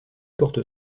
porte